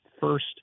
first